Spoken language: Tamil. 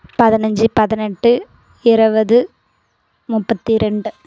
பதினஞ்சு பதினெட்டு இருபது முப்பத்தி ரெண்டு